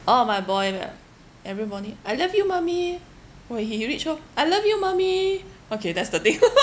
all of my boy they every morning I love you mummy when he reach home I love you mummy okay that's the thing